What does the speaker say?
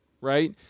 Right